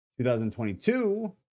2022